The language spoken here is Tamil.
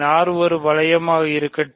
R ஒரு வளையமாக இருக்கட்டும்